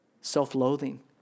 Self-loathing